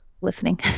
listening